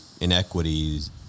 inequities